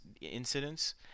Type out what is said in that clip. incidents